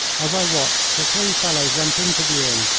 as i watched, the three fellows went into the inn,